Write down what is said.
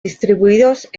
distribuidos